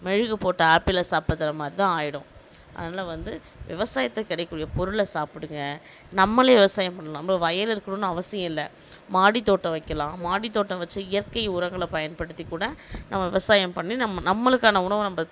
மெழுகு போட்ட ஆப்பிளை சாப்பிட்டதை மாதிரிதான் ஆயிடும் அதனால வந்து விவசாயத்துக்கு கிடைக்க கூடிய பொருளை சாப்பிடுங்க நம்மளும் விவசாயம் பண்ணலாம் நம்ம வயல் இருக்குணும்னு அவசியம் இல்லை மாடி தோட்டம் வைக்கிலாம் மாடி தோட்டம் வச்சு இயற்கை உரங்களை பயன்படுத்தி கூட நம்ம விவசாயம் பண்ணி நம்ம நம்மளுக்கான உணவை நம்ப